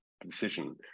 decision